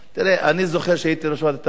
אני זוכר שהייתי יושב-ראש ועדת הפנים,